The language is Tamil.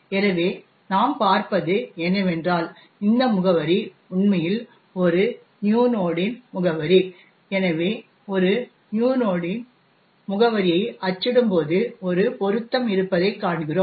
எனவே நாம் பார்ப்பது என்னவென்றால் இந்த முகவரி உண்மையில் ஒரு நியூ நோட்டின் முகவரி எனவே ஒரு நியூ நோட்டின் முகவரியை அச்சிடும் போது ஒரு பொருத்தம் இருப்பதைக் காண்கிறோம்